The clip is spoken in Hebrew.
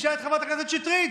תשאל את חברת הכנסת שטרית.